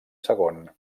segon